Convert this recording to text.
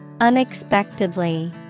unexpectedly